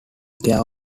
care